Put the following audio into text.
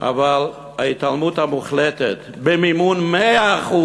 אבל ההתעלמות המוחלטת במימון 100%